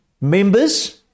members